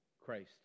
Christ